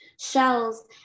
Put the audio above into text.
Shells